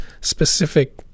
specific